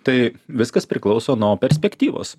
tai viskas priklauso nuo perspektyvos